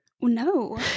No